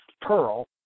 Pearl